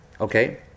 Okay